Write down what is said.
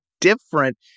different